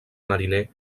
mariner